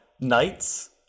knights